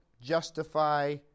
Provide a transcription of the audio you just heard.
justify